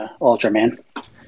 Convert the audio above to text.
Ultraman